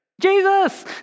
Jesus